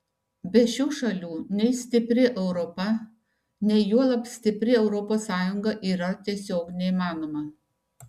be šių šalių nei stipri europa nei juolab stipri europos sąjunga yra tiesiog neįmanoma